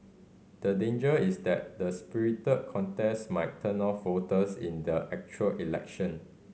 the danger is that the spirited contest might turn off voters in the actual election